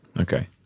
Okay